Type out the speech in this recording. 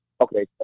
Okay